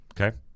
Okay